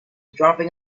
dropping